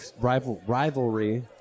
Rivalry